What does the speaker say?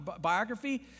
biography